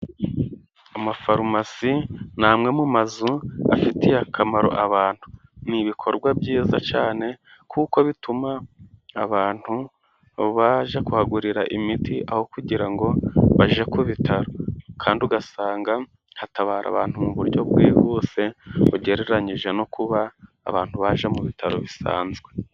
Amafarumasi ni amwe mu mazu afitiye akamaro abantu. Ni ibikorwa byiza cyane, kuko bituma abantu bajya kuhagurira imiti aho kugira ngo bajye ku bitaro, kandi ugasanga hatabara abantu mu buryo bwihuse, ugereranyije no kuba abantu bajya mu bitaro bisanzwe.